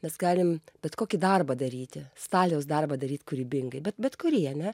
mes galim bet kokį darbą daryti staliaus darbą daryt kūrybingai bet bet kurį ane